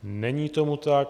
Není tomu tak.